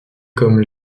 comme